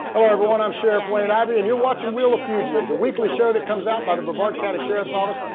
hello everyone! i'm sheriff wayne ivey, and you're watching wheel of fugitive the weekly show that comes out by the brevard county sheriff's office.